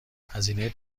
هزینه